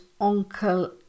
uncle